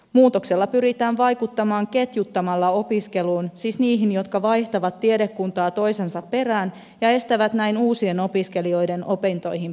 muutoksella pyritään vaikuttamaan ketjuttamalla opiskeluun siis niihin jotka vaihtavat tiedekuntaa toisensa perään ja estävät näin uusien opiskelijoiden opintoihin pääsyä